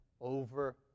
over